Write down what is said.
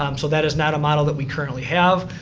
um so that is not a model that we currently have.